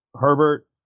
Herbert